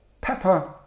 pepper